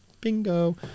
Bingo